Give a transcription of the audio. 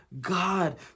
God